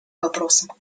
вопросам